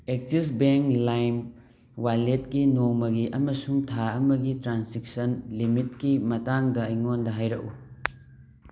Axis bank ꯂꯥꯏꯝ ꯋꯥꯂꯦꯠꯀꯤ ꯅꯣꯡꯃꯒꯤ ꯑꯃꯁꯨꯡ ꯊꯥ ꯑꯃꯒꯤ ꯇ꯭ꯔꯥꯟꯖꯦꯛꯁꯟ ꯂꯤꯃꯤꯠꯀꯤ ꯃꯇꯥꯡꯗ ꯑꯩꯉꯣꯟꯗ ꯍꯥꯏꯔꯛꯎ